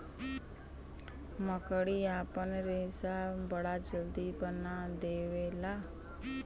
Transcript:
मकड़ी आपन रेशा बड़ा जल्दी बना देवला